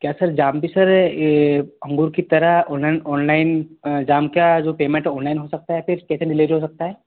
क्या sir jam भी sir यह अंगूर की तरह ऑननाइन ऑनलाइन जाम क्या जो पेमेंट है ऑनलाइन हो सकता है या फिर कॅश ऑन डिलीवरी हो सकता है